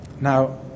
Now